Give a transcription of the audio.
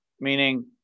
meaning